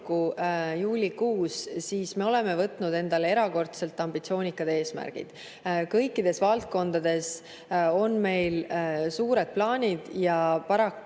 panime, siis me võtsime endale erakordselt ambitsioonikad eesmärgid. Kõikides valdkondades on meil suured plaanid ja paraku